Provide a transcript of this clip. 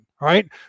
right